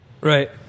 right